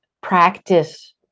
practice